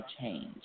change